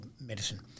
medicine